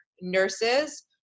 nurses